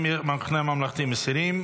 המחנה הממלכתי מסירים.